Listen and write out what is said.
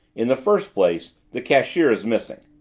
in the first place, the cashier is missing.